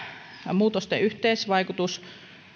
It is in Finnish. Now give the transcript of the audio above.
muutosten yhteisvaikutus